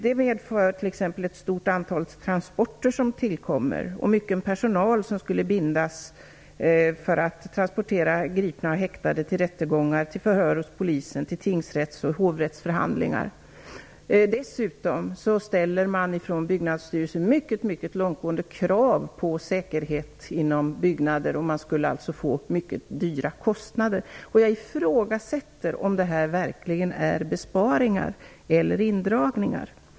Det medför t.ex. att ett stort antal transporter tillkommer. En stor personal skulle behövas för att transportera gripna och häktade till rättegångar, till förhör hos polisen och till tingsrätts och hovrättsförhandlingar. Dessutom ställer man ifrån Byggnadsstyrelsen mycket, mycket långtgående krav på säkerhet inom byggnader. Man skulle få mycket höga kostnader. Jag ifrågasätter om detta är besparingar eller indragningar.